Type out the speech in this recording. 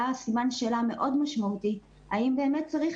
היה סימן שאלה מאוד משמעותי האם באמת צריך